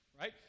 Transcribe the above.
right